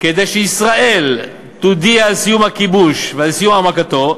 "כדי שישראל תודיע על סיום הכיבוש ועל סיום העמקתו,